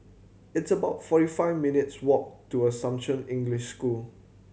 it's about forty five minutes' walk to Assumption English School